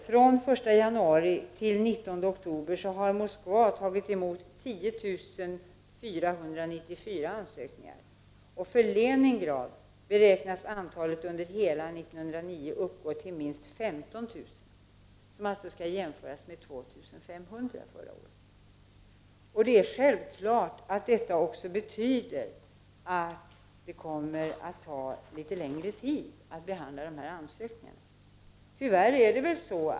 Från den 1 januari till den 19 oktober i år har i Moskva tagits emot 10 494 ansökningar, och för Leningrad beräknas antalet under hela 1989 uppgå till minst 15 000. Det är självklart att detta betyder att det kommer att ta litet längre tid att behandla ansökningarna.